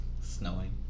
Snowing